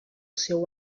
seu